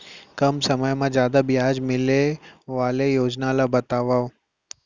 कम समय मा जादा ब्याज मिले वाले योजना ला बतावव